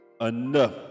enough